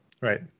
right